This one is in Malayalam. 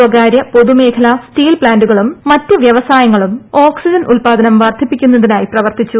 സ്വകാര്യ പൊതുമേഖല സ്റ്റീൽ പ്ലാന്റുകളും മറ്റ് വ്യവ സായങ്ങളും ഓക്സിജൻ ഉത്പാദനം വർദ്ധിപ്പിക്കുന്നതിനായി പ്രവർത്തിച്ചു